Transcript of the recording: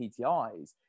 PTIs